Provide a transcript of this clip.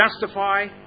justify